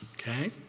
okay?